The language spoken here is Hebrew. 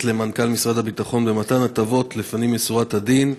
למנכ"ל משרד הביטחון במתן הטבות לפנים משורת הדין,